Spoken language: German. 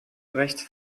rechts